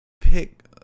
pick